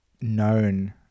known